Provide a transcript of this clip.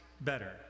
better